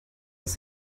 dass